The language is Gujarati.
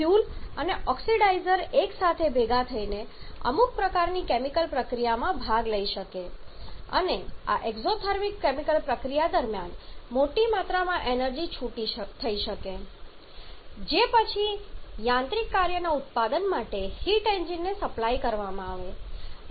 જેથી ફ્યુઅલ અને ઓક્સિડાઇઝર એકસાથે ભેગા થઈને અમુક પ્રકારની કેમિકલ પ્રક્રિયામાં ભાગ લઈ શકે અને આ એક્ઝોથર્મિક કેમિકલ પ્રતિક્રિયા દરમિયાન મોટી માત્રામાં એનર્જી છૂટી શકે જે પછીના યાંત્રિક કાર્યના ઉત્પાદન માટે હીટ એન્જિનને સપ્લાય કરવામાં આવશે